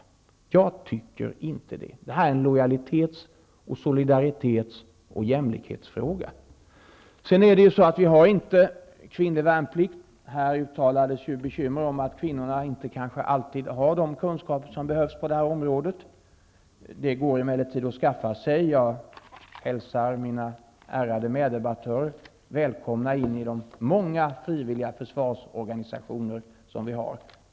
Det tycker inte jag. Det här är en lojalitets-, solidaritets och jämlikhetsfråga. Vi har inte kvinnlig värnplikt. Det uttalades här bekymmer över att kvinnorna kanske inte alltid har de kunskaper som behövs på det här området. Det går emellertid att skaffa sig kunskaper. Jag hälsar mina ärade meddebattörer välkomna in i de många frivilliga försvarsorganisationer som finns.